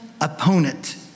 opponent